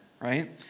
right